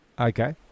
Okay